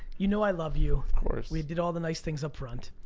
you know i love you. of course. we did all the nice things up front.